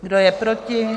Kdo je proti?